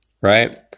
right